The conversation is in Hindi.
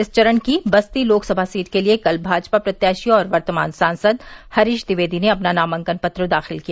इस चरण की बस्ती लोकसभा सीट के लिये कल भाजपा प्रत्याशी और वर्तमान सांसद हरीश ट्विवेदी ने अपना नामांकन पत्र दाखिल किया